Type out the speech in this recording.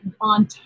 on